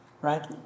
right